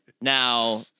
Now